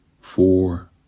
four